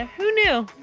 ah who knew?